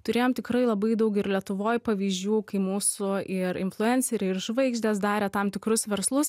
turėjom tikrai labai daug ir lietuvoj pavyzdžių kai mūsų ir influenceriai ir žvaigždės darė tam tikrus verslus